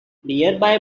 nearby